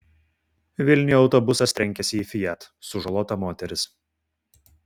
vilniuje autobusas trenkėsi į fiat sužalota moteris